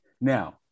Now